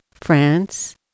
France